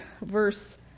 verse